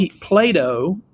Plato